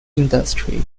industry